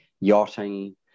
yachting